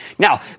Now